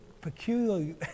peculiar